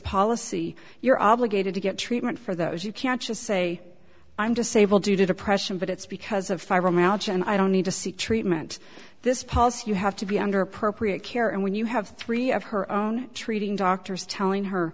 policy you're obligated to get treatment for those you can't just say i'm disabled due to depression but it's because of fibromyalgia and i don't need to seek treatment this pulse you have to be under appropriate care and when you have three of her own treating doctors telling her